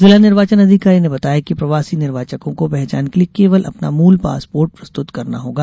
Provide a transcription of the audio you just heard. जिला निर्वाचन अधिकारी ने बताया कि प्रवासी निर्वाचकों को पहचान के लिये केवल अपना मूल पासपोर्ट प्रस्तुत करना होगा